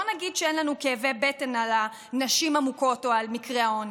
לא נגיד שאין לנו כאבי בטן על הנשים המוכות או על מקרי האונס.